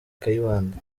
kayibanda